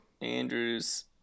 Andrews